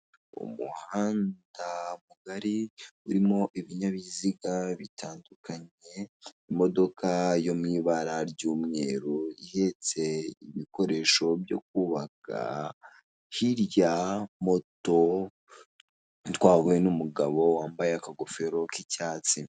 Umuhanda mugari, urimo ibinyabiziga bitandukanye, imodoka yo mu ibara ry'umweru ihetse ibikoresho byo kubaka, hirya moto, itwawe n'umugabo wambaye akagafero k'icyatsi.